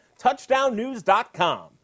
touchdownnews.com